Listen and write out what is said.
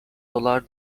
dolar